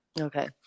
okay